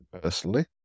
personally